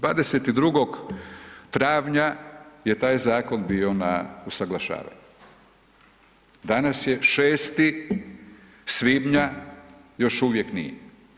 22. travnja je taj zakon bio na usaglašavanju, danas je 6. svibnja još uvijek nije.